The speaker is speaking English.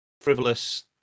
frivolous